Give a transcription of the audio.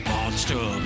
Monster